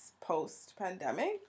post-pandemic